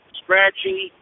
scratchy